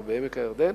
כמו בעמק-הירדן,